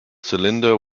cylinder